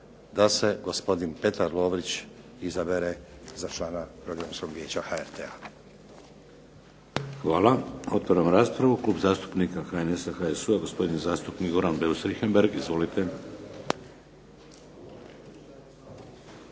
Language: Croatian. da se gospodin Petar Lovrić izabere za člana Programskog vijeća HRT-a. **Šeks, Vladimir (HDZ)** Hvala. Otvaram raspravu. Klub zastupnika HNS-HSU-a gospodin zastupnik Goran Beus Richembergh. Izvolite. **Beus